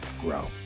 grow